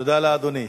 תודה לאדוני.